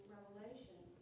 Revelation